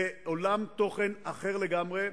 זה עולם תוכן אחר לגמרי,